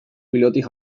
pilotik